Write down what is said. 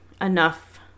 enough